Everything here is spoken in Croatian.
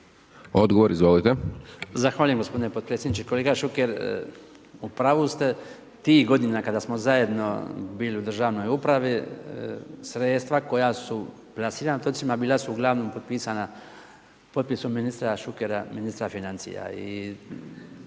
Branko (HDZ)** Zahvaljujem gospodine potpredsjedniče. Kolega Šuker, u pravu ste. Tih godina kada smo zajedno bili u državnoj upravi, sredstva koja su …/Govornik se ne razumije./… bila su uglavnom potpisom ministra Šukera, ministra financija